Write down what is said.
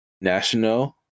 National